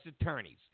attorneys